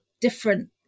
different